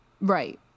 Right